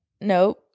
nope